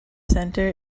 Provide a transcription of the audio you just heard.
center